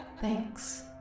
Thanks